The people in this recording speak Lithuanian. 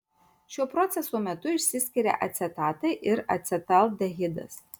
šio proceso metu išsiskiria acetatai ir acetaldehidas